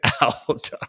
out